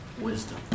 wisdom